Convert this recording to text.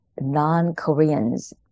non-Koreans